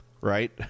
right